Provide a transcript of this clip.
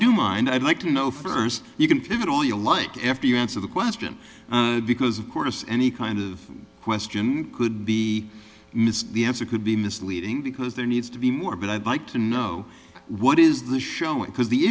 do mind i'd like to know first you can fit it all you like after you answer the question because of course any kind of question could be missed the answer could be misleading because there needs to be more but i'd like to know what is the showing because the